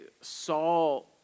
Saul